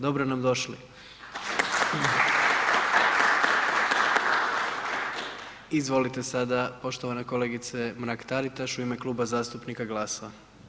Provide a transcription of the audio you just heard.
Dobro nam došli! … Izvolite sada poštovana kolegice Mrak-Taritaš u ime Kluba zastupnika GLAS-a.